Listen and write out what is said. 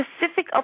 specific